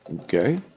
Okay